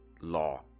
Law